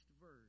verse